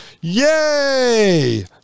yay